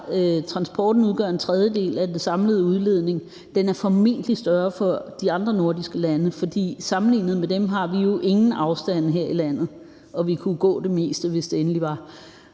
transporten udgør en tredjedel af den samlede udledning, men den er formentlig større for de andre nordiske landes vedkommende, for sammenlignet med dem har vi jo ingen afstande her i landet, og vi kunne gå til det meste, hvis det endelig var.